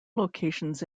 locations